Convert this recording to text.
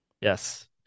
Yes